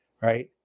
right